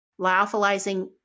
lyophilizing